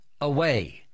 away